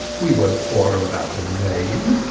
we wonat quarrel about a name